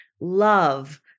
love